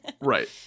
Right